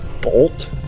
bolt